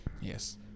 Yes